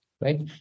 right